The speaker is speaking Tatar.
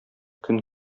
көн